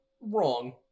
wrong